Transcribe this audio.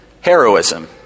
heroism